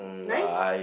nice